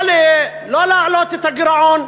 לא להעלות את הגירעון,